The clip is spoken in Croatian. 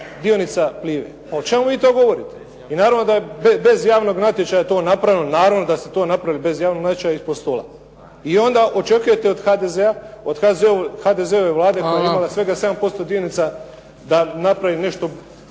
dionica Plive. Pa o čemu vi to govorite. I naravno da je bez javnog natječaja to napravljeno, naravno da se to napravi bez javnog natječaja ispod stola i onda očekujete od HDZ-a, od HDZ-ove Vlade koja je imala svega 7% dionica da napravi nešto